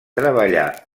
treballar